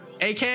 AK